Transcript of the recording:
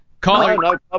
Caller